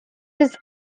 his